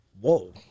Whoa